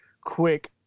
quick